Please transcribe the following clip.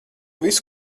visu